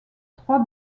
trois